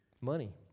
Money